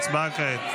הצבעה כעת.